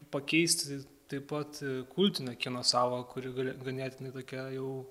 pakeisti taip pat kultinio kino sąvoką kuri ga ganėtinai tokia jau